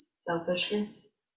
Selfishness